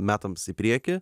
metams į priekį